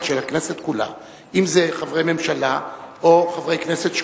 של הכנסת כולה אם חברי ממשלה או חברי כנסת,